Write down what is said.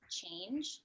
change